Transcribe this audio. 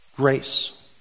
Grace